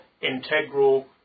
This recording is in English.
integral